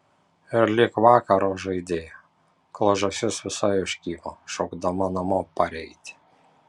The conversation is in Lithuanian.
ir lig vakaro žaidei kol žąsis visai užkimo šaukdama namo pareiti